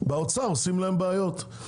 עושים להם בעיות באוצר.